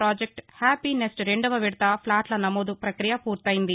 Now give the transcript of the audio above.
project Happinest రెండవ విదత ఫ్లాట్ల నమోదు ప్రపక్రియ పూర్తయింది